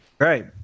Right